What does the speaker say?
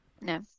No